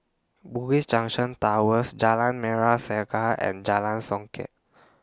Bugis Junction Towers Jalan Merah Saga and Jalan Songket